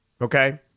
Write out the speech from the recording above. okay